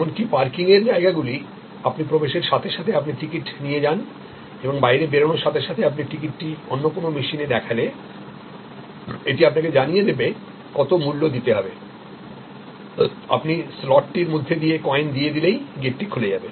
এমন কি পার্কিংয়ের জায়গাগুলি আপনি প্রবেশের সাথে সাথে আপনি টিকিট নিয়ে যান এবং বাইরে বেরোনোর সাথে সাথে আপনি টিকিটটি অন্য কোন মেশিনেদেখালেএটিআপনাকে জানিয়ে দেবে কত মূল্য দিতে হবে আপনি স্লট টির মধ্য দিয়ে কয়েন দিয়ে দিলেই গেটটি খুলে যাবে